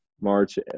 March